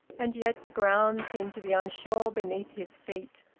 and yet the ground seemed to be unsure beneath his feet,